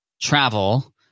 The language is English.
travel